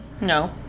No